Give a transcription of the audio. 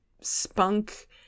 spunk